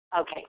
Okay